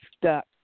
stuck